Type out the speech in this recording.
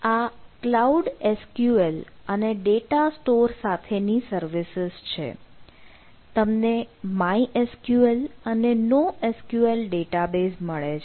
આ cloud SQL અને data store સાથેની સર્વિસીસ છે તમને mySQL અને noSQL ડેટાબેઝ મળે છે